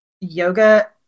yoga